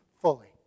fully